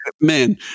man